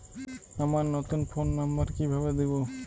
আমার নতুন phone number কিভাবে দিবো?